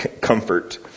comfort